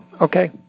Okay